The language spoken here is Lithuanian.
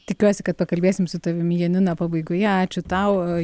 tikiuosi kad pakalbėsim su tavimi janina pabaigoje ačiū tau